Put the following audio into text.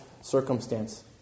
circumstance